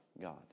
God